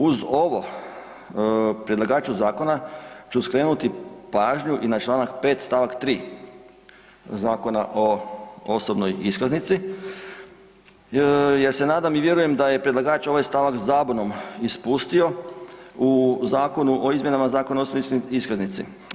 Uz ovo predlagaču zakona ću skrenuti pažnju i na čl. 5. st. 3. Zakona o osobnoj iskaznici jer se nadam i vjerujem da je predlagač ovaj stavak zabunom ispustio u Zakonu o izmjenama Zakona o osobnoj iskaznici.